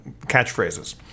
catchphrases